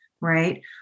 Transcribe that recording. right